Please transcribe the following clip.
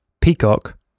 peacock